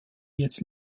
jetzt